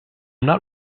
not